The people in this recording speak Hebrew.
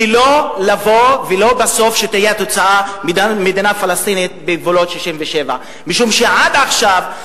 ולא בסוף שהתוצאה תהיה מדינה פלסטינית בגבולות 1967. משום שעד עכשיו,